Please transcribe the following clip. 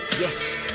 Yes